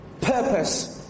purpose